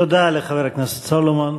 תודה לחבר הכנסת סולומון,